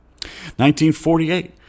1948